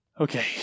Okay